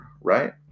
Right